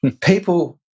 people